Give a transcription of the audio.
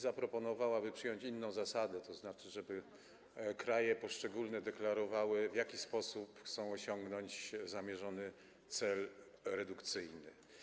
Zaproponował on, aby przyjąć inną zasadę, to znaczy żeby poszczególne kraje deklarowały, w jaki sposób chcą osiągnąć zamierzony cel redukcyjny.